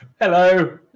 Hello